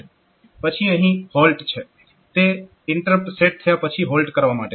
પછી અહીં HLT છે તે ઇન્ટરપ્ટ સેટ થયા પછી હોલ્ટ કરવા માટે છે